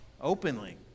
openly